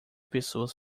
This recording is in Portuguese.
pessoas